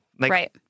Right